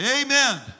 Amen